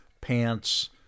pants